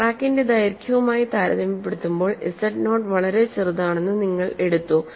ക്രാക്കിന്റെ ദൈർഘ്യവുമായി താരതമ്യപ്പെടുത്തുമ്പോൾ z നോട്ട് വളരെ ചെറുതാണെന്ന് നിങ്ങൾ എടുത്തു